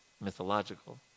mythological